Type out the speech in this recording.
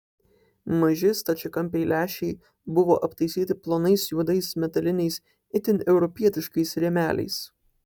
maži stačiakampiai lęšiai buvo aptaisyti plonais juodais metaliniais itin europietiškais rėmeliais